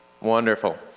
Wonderful